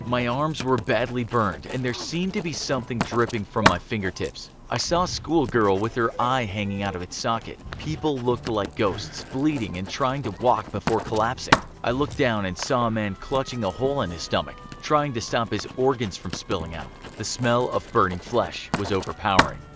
my arms were badly burned and there seemed to be something dripping from my fingertips, i saw a schoolgirl with her eye hanging out of its socket. people looked like ghosts, bleeding and trying to walk before collapsing, i looked down and saw a man clutching a hole in his stomach, trying to stop his organs from spilling out. the smell of burning flesh was overpowering.